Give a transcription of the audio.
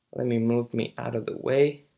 let me move me out of the way